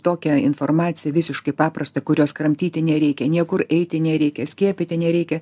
tokią informaciją visiškai paprastą kurios kramtyti nereikia niekur eiti nereikia skiepyti nereikia